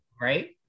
right